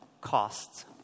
costs